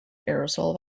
aerosol